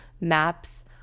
maps